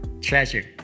treasure